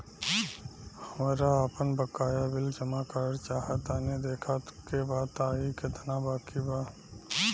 हमरा आपन बाकया बिल जमा करल चाह तनि देखऽ के बा ताई केतना बाकि बा?